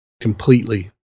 completely